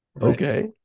Okay